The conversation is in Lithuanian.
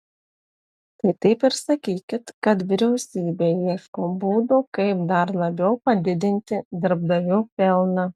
tai taip ir sakykit kad vyriausybė ieško būdų kaip dar labiau padidinti darbdavių pelną